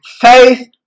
faith